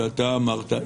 ואתה אמרת,